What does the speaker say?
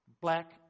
black